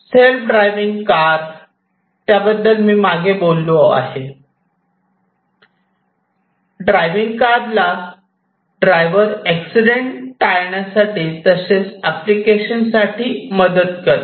self driving car त्याबद्दल मी मागे बोललो आहे ड्रायव्हींग कार ड्रायव्हरला एक्सीडेंट टाळण्यासाठी तसेच इतर एप्लीकेशन्स साठी मदत करते